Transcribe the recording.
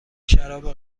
شراب